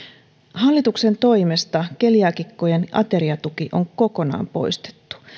hallituksen toimesta keliaakikkojen ateriatuki on kokonaan poistettu